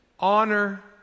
Honor